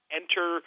enter